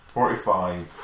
Forty-five